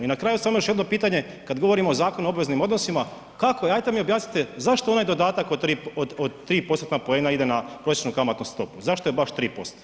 I na kraju samo još jedno pitanje, kada govorimo o Zakonu o obveznim odnosima, kako ajte mi objasnite zašto onaj dodatak od 3%-na poena ide na prosječnu kamatnu stopu, zašto je baš 3%